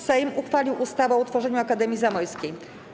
Sejm uchwalił ustawę o utworzeniu Akademii Zamojskiej.